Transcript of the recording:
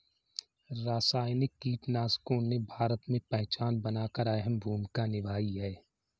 रासायनिक कीटनाशकों ने भारत में पहचान बनाकर अहम भूमिका निभाई है